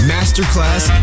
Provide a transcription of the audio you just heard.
Masterclass